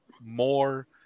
more